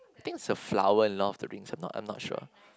think is a flower in love to rinse a not I'm not sure